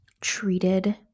treated